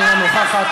אינו נוכח.